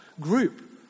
group